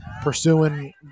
pursuing